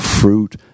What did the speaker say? fruit